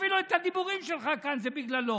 אפילו הדיבורים שלך כאן זה בגללו,